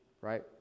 right